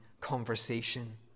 conversation